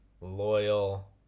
Loyal